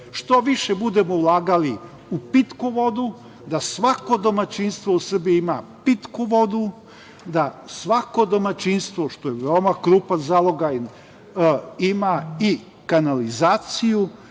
što više budemo ulagali u pitku vodu da svako domaćinstvo u Srbiji ima pitku vodu, da svako domaćinstvo, što je veoma krupan zalogaj, ima i kanalizaciju,